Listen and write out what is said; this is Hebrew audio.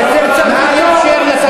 נא לאפשר לשרה לסיים.